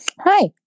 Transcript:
Hi